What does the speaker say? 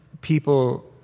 people